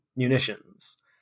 munitions